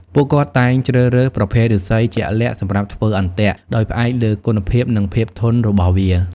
ពួកគាត់តែងជ្រើសរើសប្រភេទឫស្សីជាក់លាក់សម្រាប់ធ្វើអន្ទាក់ដោយផ្អែកលើគុណភាពនិងភាពធន់របស់វា។